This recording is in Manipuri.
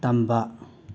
ꯇꯝꯕ